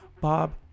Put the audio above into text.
Bob